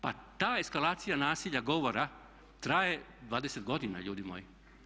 Pa ta eskalacija nasilja govora traje 20 godina ljudi moji.